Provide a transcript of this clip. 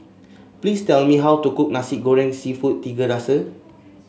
please tell me how to cook Nasi Goreng seafood Tiga Rasa